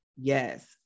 yes